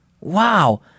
Wow